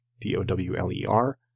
D-O-W-L-E-R